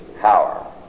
power